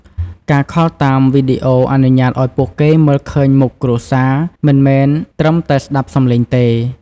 ការខលតាមវីដេអូអនុញ្ញាតឲ្យពួកគេមើលឃើញមុខគ្រួសារ មិនមែនត្រឹមតែស្តាប់សំឡេងទេ។